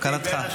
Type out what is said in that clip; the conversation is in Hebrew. כלתי.